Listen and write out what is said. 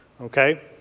okay